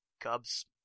Cubs